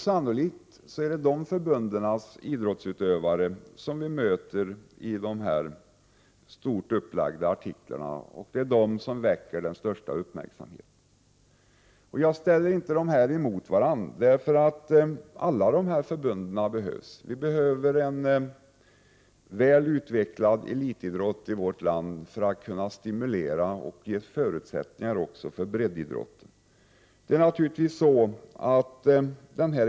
Sannolikt är det de förbundens idrottsutövare som vi möter i dessa stort upplagda artiklar och som väcker den största uppmärksamheten. Jag ställer dem inte emot varandra, därför att alla dessa förbund behövs. Det behövs en väl utvecklad elitidrott i vårt land, för att stimulera och ge förutsättningar också för breddidrotten.